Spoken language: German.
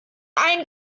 ein